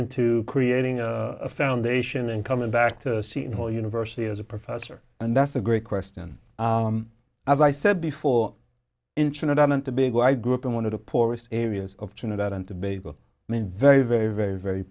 into creating a foundation and coming back to see how university is a professor and that's a great question as i said before in trinidad and tobago i grew up in one of the poorest areas of trinidad and tobago mean very very very very